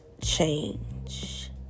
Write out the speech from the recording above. change